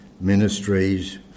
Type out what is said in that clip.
ministries